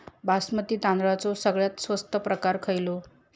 बासमती तांदळाचो सगळ्यात स्वस्त प्रकार खयलो?